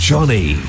Johnny